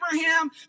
Abraham